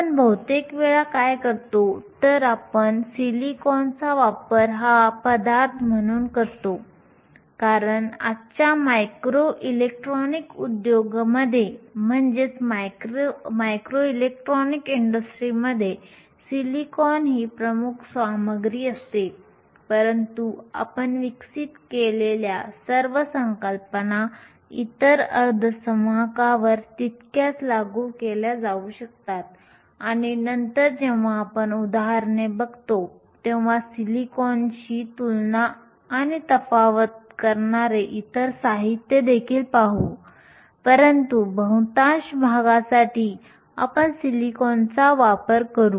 आपण बहुतेकवेळा काय करतो तर आपण सिलिकॉनचा वापर हा पदार्थ म्हणून करतो कारण आजच्या मायक्रो इलेक्ट्रॉनिक्स उद्योगामध्ये सिलिकॉन ही प्रमुख सामग्री असते परंतु आपण विकसित केलेल्या सर्व संकल्पना इतर अर्धवाहकांवर तितक्याच लागू केल्या जाऊ शकतात आणि नंतर जेव्हा आपण उदाहरणे बघतो तेव्हा सिलिकॉनशी तुलना आणि तफावत करणारे इतर साहित्य देखील पाहू परंतु बहुतांश भागांसाठी आपण सिलिकॉनचा वापर करू